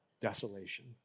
desolation